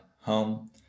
home